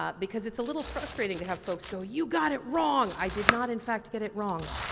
ah because it's a little frustrating to have folks go you got it wrong. i did not, in fact, get it wrong.